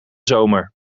zomer